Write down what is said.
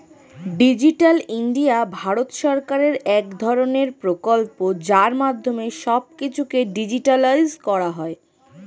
digital India Bharat সরকারের এক ধরণের প্রকল্প যার মাধ্যমে সব কিছুকে ডিজিটালাইসড করা হয়